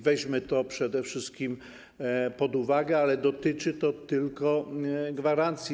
Weźmy to przede wszystkim pod uwagę, ale dotyczy to tylko gwarancji.